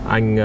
Anh